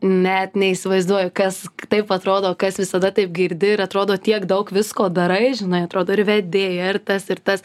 net neįsivaizduoju kas taip atrodo kas visada taip girdi ir atrodo tiek daug visko darai žinai atrodo ir vedėja ir tas ir tas